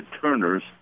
Turner's